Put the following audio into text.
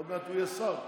עוד מעט הוא יהיה שר.